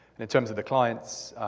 and in terms of the clients,